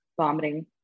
vomiting